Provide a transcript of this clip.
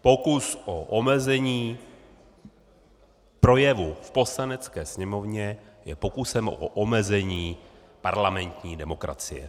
Pokus o omezení projevu v Poslanecké sněmovně je pokusem o omezení parlamentní demokracie.